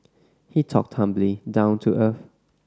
he talked humbly down to earth